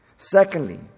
Secondly